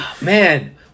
Man